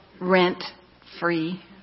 rent-free